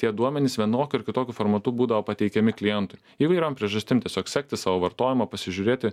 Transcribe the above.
tie duomenys vienokiu ar kitokiu formatu būdavo pateikiami klientui įvairiom priežastim tiesiog sekti savo vartojimą pasižiūrėti